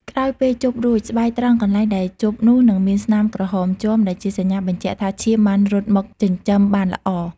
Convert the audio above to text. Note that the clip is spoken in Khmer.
ក្រោយពេលជប់រួច ស្បែកត្រង់កន្លែងដែលជប់នោះនឹងមានស្នាមក្រហមជាំ ដែលជាសញ្ញាបញ្ជាក់ថាឈាមបានរត់មកចិញ្ចឹមបានល្អ។